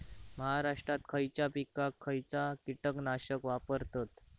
महाराष्ट्रात खयच्या पिकाक खयचा कीटकनाशक वापरतत?